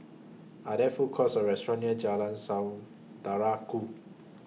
Are There Food Courts Or restaurants near Jalan Saudara Ku